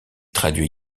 traduit